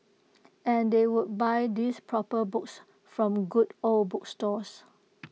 and they would buy these proper books from good old bookstores